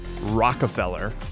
Rockefeller